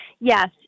Yes